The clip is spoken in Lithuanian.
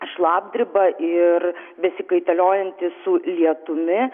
šlapdriba ir besikaitaliojanti su lietumi